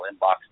inbox